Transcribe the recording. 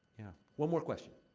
yeah, one more question.